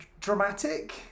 Dramatic